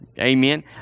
amen